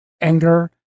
anger